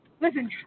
Listen